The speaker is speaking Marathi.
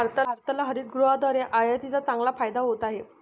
भारताला हरितगृहाद्वारे आयातीचा चांगला फायदा होत आहे